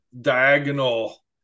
diagonal